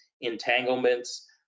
entanglements